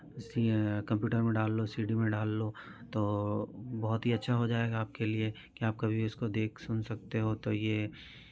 इसलिए कम्प्यूटर में डाल लो सी डी में डाल लो तो बहुत ही अच्छा हो जाएगा आपके लिए कि आप कभी भी उसको देख सुन सकते हो तो ये